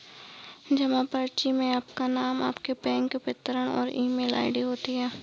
जमा पर्ची में आपका नाम, आपके बैंक विवरण और ईमेल आई.डी होती है